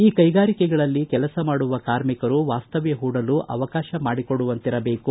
ಈ ಕೈಗಾರಿಕೆಗಳಲ್ಲಿ ಕೆಲಸ ಮಾಡುವ ಕಾರ್ಮಿಕರು ವಾಸ್ತವ್ಯ ಪೂಡಲು ಅವಕಾಶ ಮಾಡಿಕೊಡುವಂತಿರಬೇಕು